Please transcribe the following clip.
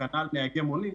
וכנ"ל נהגי מונית,